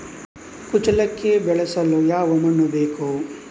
ಕುಚ್ಚಲಕ್ಕಿ ಬೆಳೆಸಲು ಯಾವ ಮಣ್ಣು ಬೇಕು?